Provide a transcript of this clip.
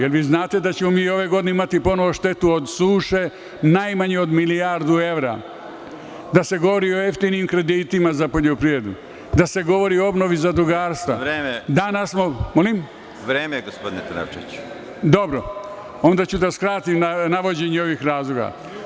Da li vi znate da ćemo mi ove godine ponovo imati štetu od suše, najmanje od milijardu evra, da se govori o jeftinim kreditima za poljoprivredu, da se govori o obnovi zadrugarstva? (Predsedavajući: Vreme, gospodine Trnavčeviću.) Dobro, onda ću da skratim na navođenju ovih razloga.